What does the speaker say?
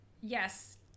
yes